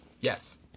Yes